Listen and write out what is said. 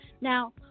Now